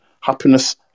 happiness